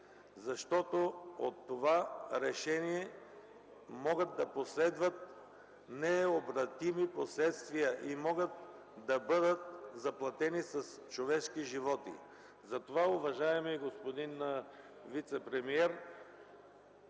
съвест. От това решение могат да последват необратими последствия и могат да бъдат заплатени с човешки животи. Уважаеми господин вицепремиер,